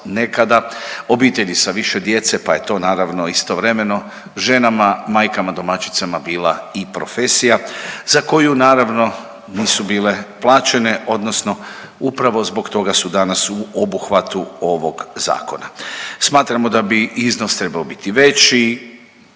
nekada, obitelji sa više djece, pa je to, naravno, istovremeno ženama, majkama, domaćicama bila i profesija za koju naravno, nisu bile plaćene, odnosno upravo zbog toga su danas u obuhvatu ovog Zakona. Smatramo da bi iznos trebao biti veći,